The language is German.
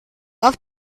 auf